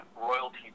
royalty